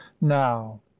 Now